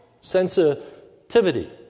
sensitivity